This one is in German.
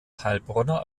heilbronner